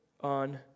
on